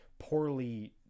poorly